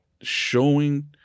showing